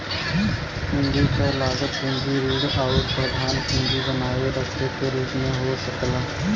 पूंजी क लागत पूंजी ऋण आउर प्रधान पूंजी बनाए रखे के रूप में हो सकला